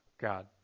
God